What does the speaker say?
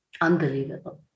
Unbelievable